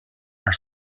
are